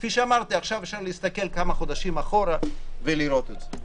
כפי שאמרתי עכשיו אפשר להסתכל כמה חודשים אחורה ולראות את זה.